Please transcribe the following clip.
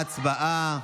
שהוצמדה,